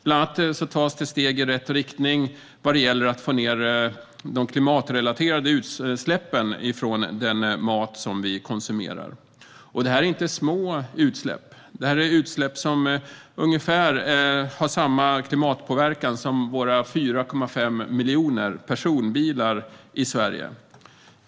Bland annat tas det steg i rätt riktning vad gäller att få ned de klimatrelaterade utsläppen från den mat vi konsumerar. Det är inga små utsläpp, utan det är utsläpp som har ungefär samma klimatpåverkan som Sveriges 4,5 miljoner personbilar.